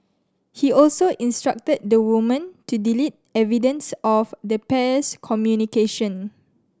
he also instructed the woman to delete evidence of the pair's communication